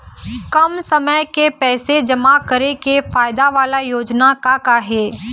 कम समय के पैसे जमा करे के फायदा वाला योजना का का हे?